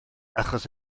achos